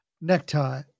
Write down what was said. necktie